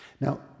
Now